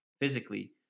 physically